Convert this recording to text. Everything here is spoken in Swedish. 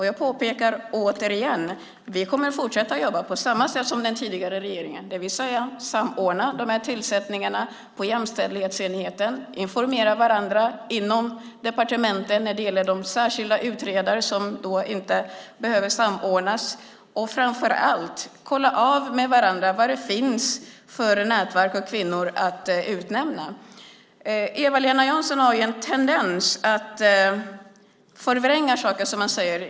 Jag påpekar återigen att vi kommer att fortsätta att jobba på samma sätt som den tidigare regeringen, det vill säga att samordna de här tillsättningarna på jämställdhetsenheten, informera varandra inom departementen när det gäller de särskilda utredare som inte behöver samordnas och framför allt kolla av med varandra vilka nätverk av kvinnor som finns att utnämna. Eva-Lena Jansson har en tendens att förvränga saker som man säger.